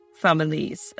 families